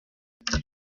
there